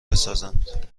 بسازند